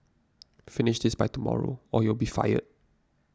finish this by tomorrow or you'll be fired